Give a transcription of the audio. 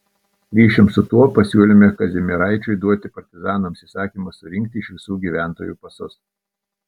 ryšium su tuo pasiūlėme kazimieraičiui duoti partizanams įsakymą surinkti iš visų gyventojų pasus